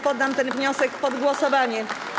Poddam ten wniosek pod głosowanie.